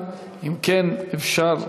יישר כוח.